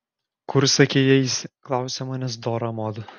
kur sakei eisi klausia manęs dora mod